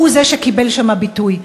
הוא שקיבל שם ביטוי.